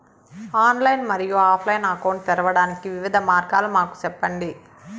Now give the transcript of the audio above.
Online మరియు offline account తెరవడానికి వివిధ మార్గాలు మాకు సెప్పండి?